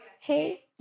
Hey